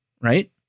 right